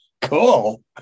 Cool